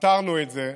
פתרנו את זה.